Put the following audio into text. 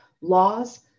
laws